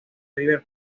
river